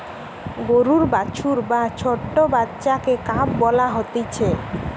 গরুর বাছুর বা ছোট্ট বাচ্চাকে কাফ বলা হতিছে